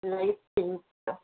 light pink colour